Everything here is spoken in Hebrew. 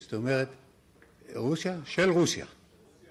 ‫זאת אומרת, רוסיה של רוסיה.